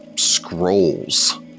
Scrolls